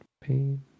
pain